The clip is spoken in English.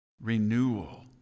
renewal